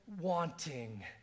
wanting